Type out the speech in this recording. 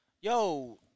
Yo